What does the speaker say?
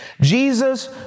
Jesus